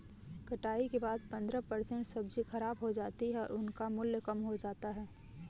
कटाई के बाद पंद्रह परसेंट सब्जी खराब हो जाती है और उनका मूल्य कम हो जाता है